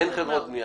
אין חברות גבייה.